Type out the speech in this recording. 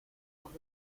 los